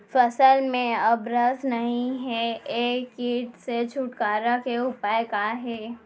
फसल में अब रस नही हे ये किट से छुटकारा के उपाय का हे?